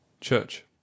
Church